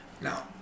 Now